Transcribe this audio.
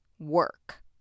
Work